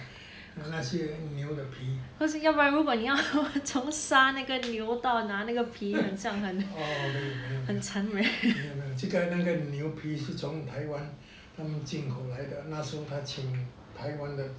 那些牛的皮哦没有没有没有没有这个那个牛皮是从台湾进口来的那时候他们请台湾的